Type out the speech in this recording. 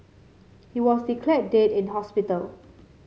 he was declared dead in hospital